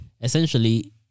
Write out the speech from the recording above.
Essentially